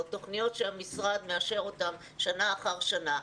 תוכניות שהמשרד מאשר אותם שנה אחרי שנה,